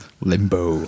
Limbo